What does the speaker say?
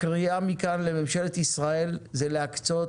הקריאה מכאן לממשלת ישראל היא להקצות